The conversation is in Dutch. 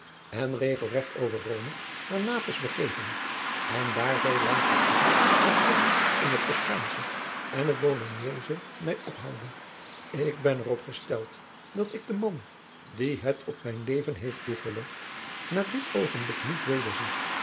en regelregt over rome naar napels begeven en daar zoo lang vertoeven als ik in het toskaansche en het bologneesche mij ophoude ik ben er op gesteld dat ik den man die het op mijn leven heeft toegelegd na dit oogenblik niet wederzie